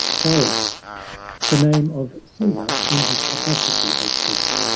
kala the name of siva in his capacity as death.